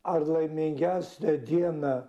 ar laimingiausią dieną